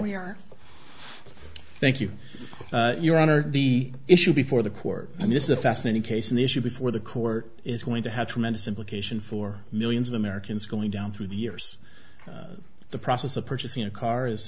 we are thank you your honor the issue before the court and this is a fascinating case and the issue before the court is going to have tremendous implication for millions of americans going down through the years the process of purchasing a car